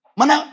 Mana